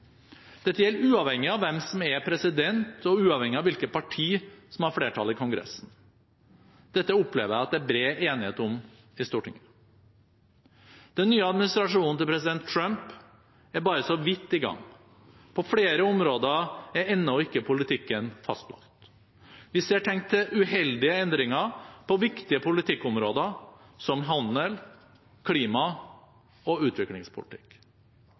Dette gjelder uavhengig av hvem som er president, og uavhengig av hvilket parti som har flertall i Kongressen. Dette opplever jeg at det er bred enighet om i Stortinget. Den nye administrasjonen til president Trump er bare så vidt i gang. På flere områder er ennå ikke politikken fastlagt. Vi ser tegn til uheldige endringer på viktige politikkområder som handel, klima og utviklingspolitikk.